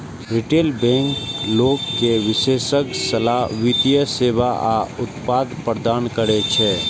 retail bank लोग कें विशेषज्ञ सलाह, वित्तीय सेवा आ उत्पाद प्रदान करै छै